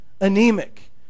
Anemic